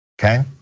Okay